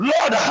Lord